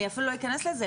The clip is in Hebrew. אני אפילו לא אכנס לזה,